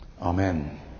Amen